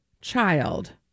child